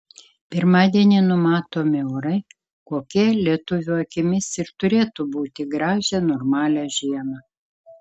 pirmadienį numatomi orai kokie lietuvio akimis ir turėtų būti gražią normalią žiemą